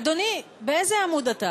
אדוני, באיזה עמוד אתה?